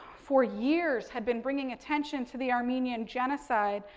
for years, had been bringing attention to the armenian genocide.